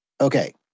Okay